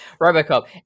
Robocop